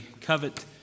covet